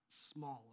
smaller